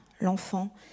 l'enfant